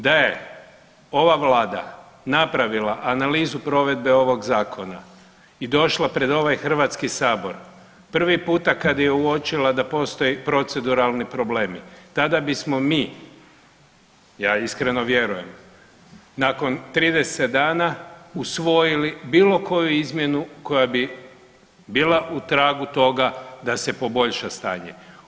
Da je ova Vlada napravila analizu provedbe ovog Zakona i došla pred ovaj HS, prvi puta kad je uočila da postoji proceduralni problemi, tada bismo mi, ja iskreno vjerujem, nakon 30 dana usvojili bilo koju izmjenu koja bi bila u tragu toga da se poboljša stanje.